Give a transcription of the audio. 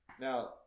Now